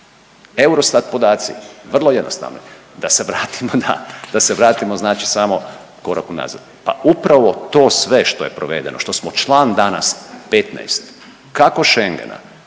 EUROSTAT podaci vrlo jednostavno. Da se vratimo na, da se vratimo znači samo korak u nazad. Pa upravo to sve što je provedeno, što smo član danas 15 kako Schengena,